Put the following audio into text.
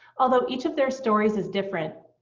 although each of their stories is different,